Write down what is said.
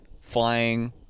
flying